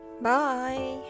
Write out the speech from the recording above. Bye